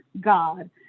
God